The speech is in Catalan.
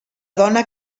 dona